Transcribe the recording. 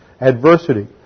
adversity